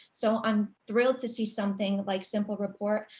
so i'm thrilled to see something like simple report,